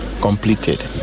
completed